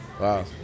Wow